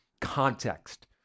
context